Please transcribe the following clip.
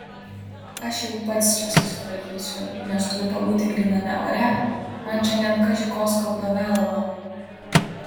aš jau pats čia susitvarkysiu nes turiu pabūti gryname ore man šiandien kaži ko skauda galvą